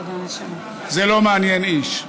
זה לא מעניין איש.